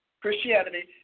Christianity